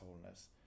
wholeness